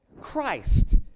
Christ